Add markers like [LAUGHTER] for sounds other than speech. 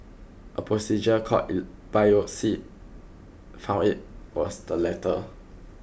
a procedure called [HESITATION] biopsy found it was the latter